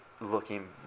looking